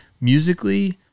musically